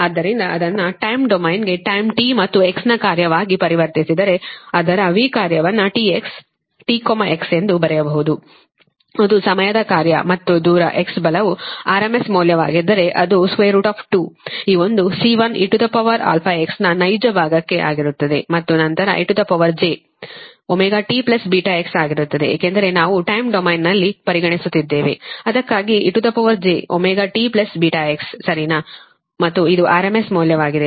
ಆದ್ದರಿಂದ ಅದನ್ನು ಟಯ್ಮ್ ಡೊಮೇನ್ಗೆ ಟಯ್ಮ್ t ಮತ್ತು x ನ ಕಾರ್ಯವಾಗಿ ಪರಿವರ್ತಿಸಿದರೆಅದರ V ಕಾರ್ಯವನ್ನು t x t x ಎಂದು ಬರೆಯಬಹುದು ಅದು ಸಮಯದ ಕಾರ್ಯ ಮತ್ತು ದೂರ x ಬಲವು RMS ಮೌಲ್ಯವಾಗಿದ್ದರೆ ಅದು2 ಈ ಒಂದು C1 eαx ನ ನೈಜ ಭಾಗಕ್ಕೆ ಆಗಿರುತ್ತದೆ ಮತ್ತು ನಂತರ ejωtβx ಆಗಿರುತ್ತದೆ ಏಕೆಂದರೆ ನಾವು ಟಯ್ಮ್ ಡೊಮೇನ್ನಲ್ಲಿ ಪರಿಗಣಿಸುತ್ತಿದ್ದೇವೆ ಅದಕ್ಕಾಗಿಯೇ ejωtβx ಸರಿನಾ ಮತ್ತು ಇದು RMS ಮೌಲ್ಯವಾಗಿದೆ